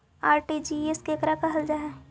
RTGS केकरा कहल जा है?